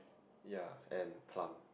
ya and plum